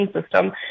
system